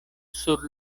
sur